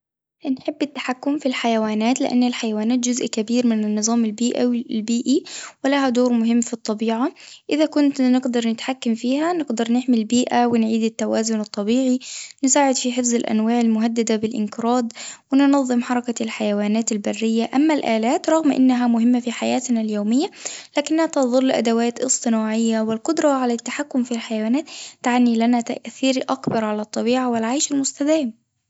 بنحب التحكم في الحيوانات لإن الحيوانات جزء كبير من النظام البيئوي- البيئي ولها دور مهم في الطبيعة، إذا كنت نقدر نتحكم فيها نقدر نحمي اابيئة ونعيد التوازن الطبيعي ونساعد في حفظ الأنواع المهددة بالانقراض، وننظم حركة الحيوانات البرية، أما الآلات رغم إنا مهمة في حياتنا اليومية لكنها تظل أدوات اصطناعية والقدرة على التحكم في الحيوانات تعطي لنا تأثير أكبر على الطبيعة والعيش المستدام.